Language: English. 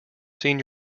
seen